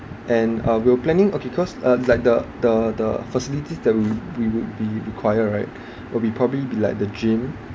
and uh we're planning okay cause uh like the the the facilities that we we would be required right will be probably be like the gym